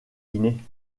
dîner